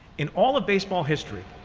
in all of baseball history,